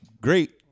great